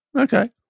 okay